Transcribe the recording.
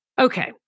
Okay